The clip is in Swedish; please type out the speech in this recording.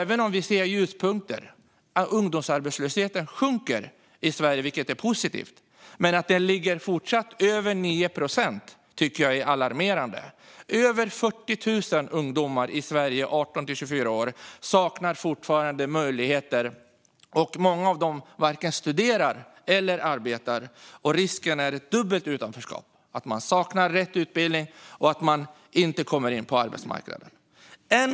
Vi ser ljuspunkter. Ungdomsarbetslösheten sjunker i Sverige, vilket är positivt. Men att den fortsatt ligger över 9 procent tycker jag är alarmerande. Över 40 000 ungdomar i Sverige 18-24 år saknar fortfarande möjligheter, och många av dem varken studerar eller arbetar. Risken är då ett dubbelt utanförskap - att man saknar rätt utbildning och att man inte kommer in på arbetsmarknaden.